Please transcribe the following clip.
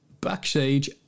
Backstage